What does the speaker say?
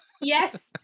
Yes